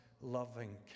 loving